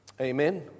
Amen